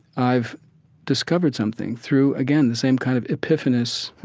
i've discovered something through, again, the same kind of epiphanous,